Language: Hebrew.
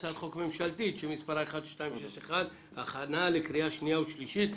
הצעת חוק ממשלתית שמספרה 1261. הכנה לקריאה שנייה ושלישית.